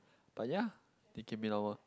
but ya it can be our